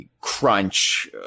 Crunch